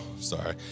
sorry